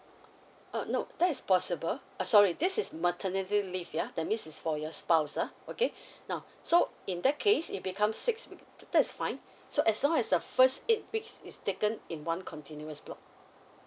uh no that's possible uh sorry this is maternity leave yeuh that means is for your spouse ah okay now so in that case it becomes six week that is fine so as long as the first eight weeks is taken in one continuous block